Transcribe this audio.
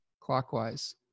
clockwise